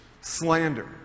slander